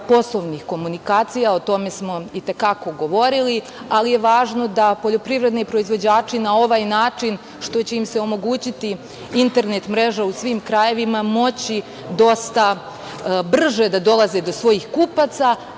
poslovnih komunikacija, o tome smo i te kako govorili, ali je važno da poljoprivredni proizvođači na ovaj način, što će im se omogućiti internet mrežom u svim krajevima, moći dosta brže da dolaze do svojih kupaca,